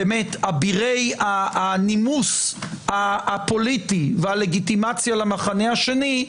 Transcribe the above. אבירי הנימוס הפוליטי והלגיטימציה למחנה השני,